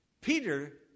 Peter